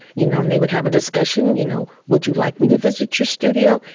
you know, and they would have a discussion, you know, would you like me to visit your studio?